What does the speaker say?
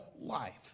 life